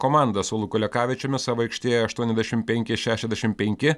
komanda su luku lekavičiumi savo aikštėje aštuoniasdešim penki šešiasdešim penki